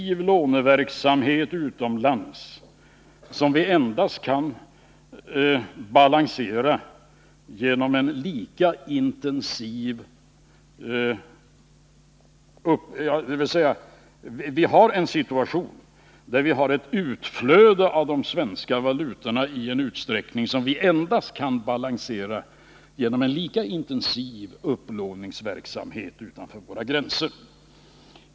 Vi befinner oss i en situation, där vi har ett utflöde av svensk valuta i en sådan utsträckning att den endast kan balanseras genom en lika intensiv upplåningsverksamhet utanför våra gränser.